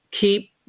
keep